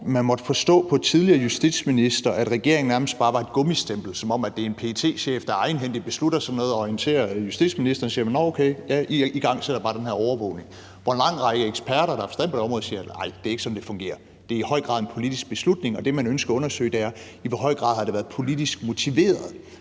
man måtte forstå på en tidligere justitsminister at regeringen nærmest bare var et gummistempel, som om det er en PET-chef, der egenhændigt beslutter sådan noget og orienterer justitsministeren, som så siger: Nå, okay, I igangsætter bare den her overvågning. En lang række eksperter, der har forstand på det område, siger: Nej, det er ikke sådan, det fungerer. Det er i høj grad en politisk beslutning, og det, man ønsker at undersøge, er, i hvor høj grad det har været politisk motiveret.